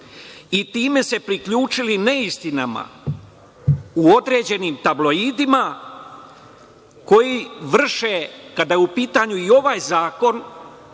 i time se priključili neistinama u određenim tabloidima koji vrše, kada je u pitanju i ovaj zakon,